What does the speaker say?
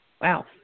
Wow